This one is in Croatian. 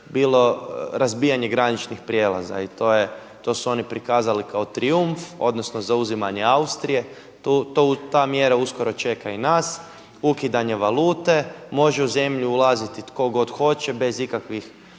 bilo razbijanje graničnih prijelaza i to su oni prikazali kao trijumf, odnosno zauzimanje Austrije. Ta mjera uskoro čeka i nas, ukidanje valute, može u zemlju ulaziti tko god hoće bez ikakvih